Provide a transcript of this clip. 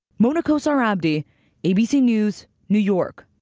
mona kosar abdi abc news, new york.